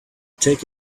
take